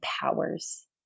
powers